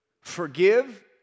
forgive